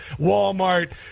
Walmart